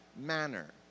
manner